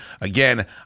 again